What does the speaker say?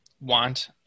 want